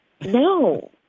No